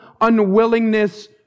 unwillingness